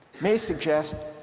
may suggest